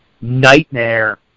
nightmare